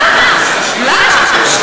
למה, למה?